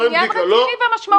זה עניין רציני ומשמעותי.